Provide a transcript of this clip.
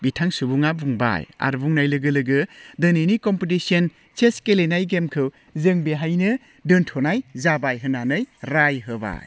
बिथां सुबुङा बुंबाय आरो बुंनाय लोगो लोगो दिनैनि कम्पिटिशन चेस गेलेनाय गेमखौ जों बेहायनो दोन्थ'नाय जाबाय होन्नानै राय होबाय